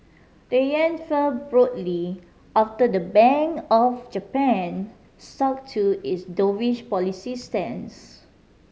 the yen fell broadly after the Bank of Japan stuck to its doveish policy stance